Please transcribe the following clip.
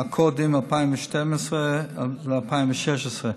הקודים 20122016 .